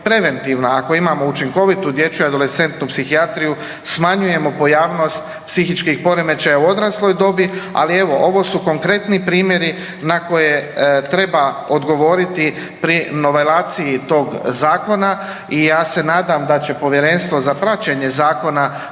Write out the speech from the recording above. Ako imamo učinkovitu dječju adolescentnu psihijatriju smanjujemo pojavnost psihičkih poremećaja u odrasloj dobi, ali evo ovo su konkretni primjeri na koje treba odgovoriti pri novelaciji tog zakona. I ja se nadam da će povjerenstvo za praćenje zakona